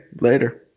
Later